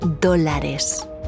dólares